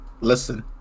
Listen